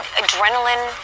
adrenaline